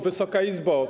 Wysoka Izba!